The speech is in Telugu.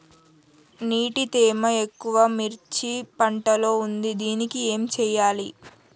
నీటి తేమ ఎక్కువ మిర్చి పంట లో ఉంది దీనికి ఏం చేయాలి?